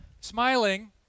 smiling